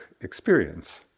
experience